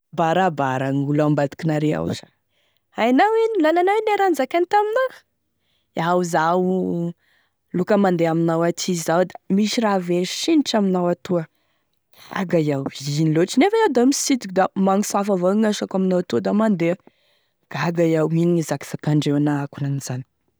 Barabara ny gn'olo ambadiky nareo ao io sha, hainao ino lalanao ino gne raha nozakainy tamina, iaho zao loka mandeha aminao aty zao da misy raha very signitry aminao atoa, gaga iaho sh ino lotry nefa iaho da misidiky da magnosafa avao gn'asako aminao atoa da mandeha, gaga iaho, ino e hizakazakandreo anah akonan'izany.